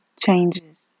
changes